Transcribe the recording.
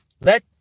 let